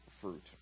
fruit